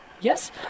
Yes